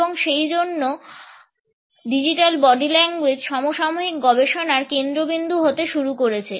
এবং সেজন্য digital body language সমসাময়িক গবেষণার কেন্দ্রবিন্দু হতে শুরু করেছে